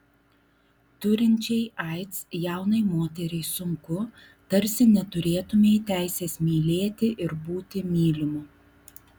turinčiai aids jaunai moteriai sunku tarsi neturėtumei teisės mylėti ir būti mylimu